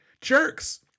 jerks